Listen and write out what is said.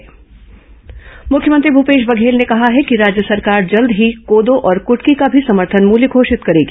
मुख्यमंत्री कोदो कुटकी मुख्यमंत्री भूपेश बघेल ने कहा है कि राज्य सरकार जल्द ही कोदो और कृटकी का भी समर्थन मूल्य घोषित करेगी